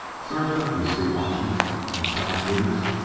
surge up, you siwashes and salmon-eaters.